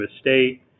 state